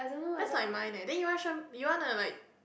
that's like mine leh then you want show~ you wanna like